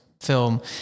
film